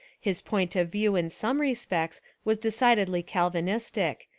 his point of view in some respects was decidedly cal vinistic,